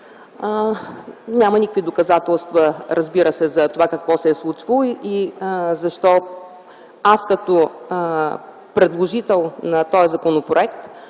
Няма никакви доказателства, разбира се, за това какво се е случвало и защо аз, като предложител на тоя законопроект,